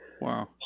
Wow